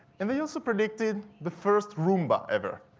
and they also predicted the first rhumba ever.